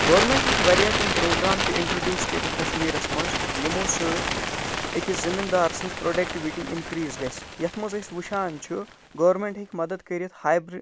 government ہیٚکہِ واریاہ تِم پرٛوگرٛام تہِ اِنٹرٛوڈیٛوٗس کٔرِتھ کَشمیٖرَس منٛز یِمو سۭتۍ أکِس زٔمیٖندار سٕنٛز پرٛوڈَکٹِوٹی اِنکرٛیٖز گژھہِ یَتھ منٛز أسۍ وُچھان چھِ گورمیٚنٛٹ ہیٚکہِ مَدتھ کٔرِتھ ہاے بریٖڈ